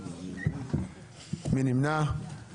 מי נמנע?